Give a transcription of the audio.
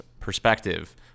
perspective